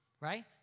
right